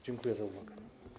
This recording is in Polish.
Dziękuję za uwagę.